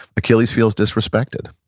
achilles feels disrespected,